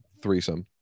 threesome